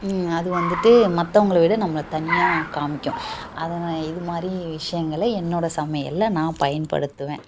அது வந்துட்டு மற்றவங்கள விட நம்மளை தனியாக காமிக்கும் அதை நான் இது மாதிரி விஷயங்கள என்னோடய சமையலில் நான் பயன்படுத்துவேன்